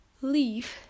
leave